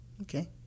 okay